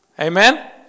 Amen